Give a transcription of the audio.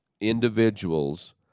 individuals